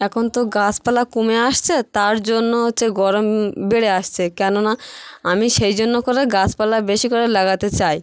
এখন তো গাছপালা কমে আসছে তার জন্য হচ্ছে গরম বেড়ে আসছে কেননা আমি সেই জন্য করে গাছপালা বেশি করে লাগাতে চাই